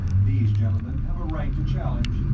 these gentlemen have a right to challenge,